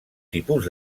tipus